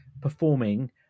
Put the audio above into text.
performing